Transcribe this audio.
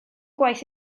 gwaith